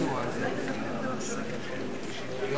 מחמת מוצא או מסיבות אחרות שהחוק אוסר,